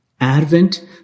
Advent